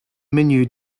menu